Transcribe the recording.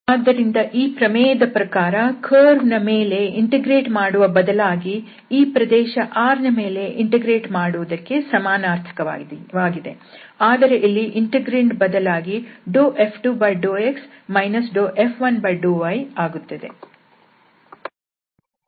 ಆದ್ದರಿಂದ ಈ ಪ್ರಮೇಯದ ಪ್ರಕಾರ ಕರ್ವ್ ನ ಮೇಲೆ ಇಂಟಿಗ್ರೇಟ್ ಮಾಡುವ ಬದಲಾಗಿ ಈ ಪ್ರದೇಶ R ನ ಮೇಲೆ ಇಂಟಿಗ್ರೇಟ್ ಮಾಡುವುದಕ್ಕೆ ಸಮಾನಾರ್ಥಕವಾಗಿದೆ ಆದರೆ ಇಲ್ಲಿ ಇಂಟೆಗ್ರಾಂಡ್ ಬದಲಾಗಿ F2∂x F1∂yಆಗುತ್ತದೆ